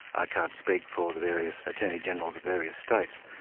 i can't speak for the various attorneys-general of various states,